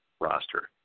roster